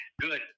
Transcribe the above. good